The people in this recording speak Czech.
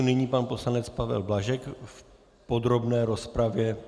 Nyní pan poslanec Pavel Blažek v podrobné rozpravě.